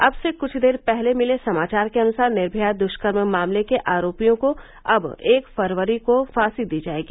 अब से कुछ देर पहले मिले समाचार के अनुसार निर्भया दुष्कर्म मामले के आरोपियों को अब एक फरवरी को फांसी दी जायेगी